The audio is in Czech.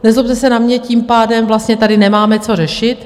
Nezlobte se na mě, ale tím pádem vlastně tady nemáme co řešit.